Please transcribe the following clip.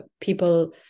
people